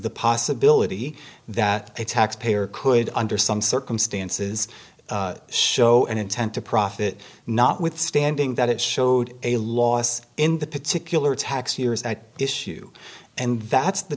the possibility that a tax payer could under some circumstances show an intent to profit notwithstanding that it showed a loss in the particular tax year is at issue and that's the